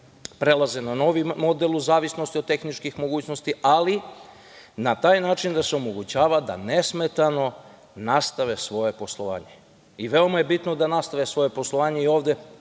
prelaze na novi model u zavisnosti od tehničkih mogućnosti, ali na taj način da se omogućava da nesmetano nastave svoje poslovanje. Veoma je bitno da nastave svoje poslovanje i ovde